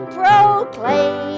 proclaim